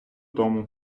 тому